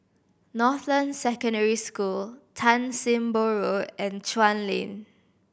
Northland Secondary School Tan Sim Boh Road and Chuan Lane